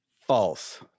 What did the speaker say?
false